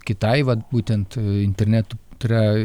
kitai vat būtent internetu tai yra